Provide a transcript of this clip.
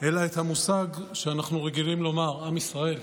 אלא את המושג שאנחנו רגילים לדבר עליו, עם ישראל.